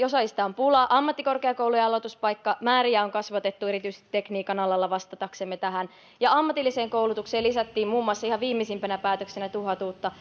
osaajista on pulaa ammattikorkeakoulujen aloituspaikkamääriä on kasvatettu erityisesti tekniikan alalla tähän vastaamiseksi ja ammatilliseen koulutukseen lisättiin muun muassa ihan viimeisimpänä päätöksenä tuhat uutta